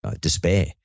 despair